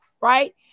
right